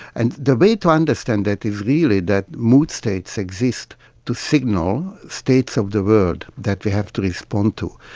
and the way to understand that is really that mood states exist to signal states of the world that we have to respond to.